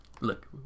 Look